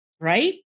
right